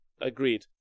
Agreed